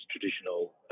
traditional